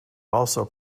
also